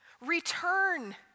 Return